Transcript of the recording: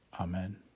Amen